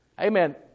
Amen